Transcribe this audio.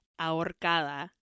ahorcada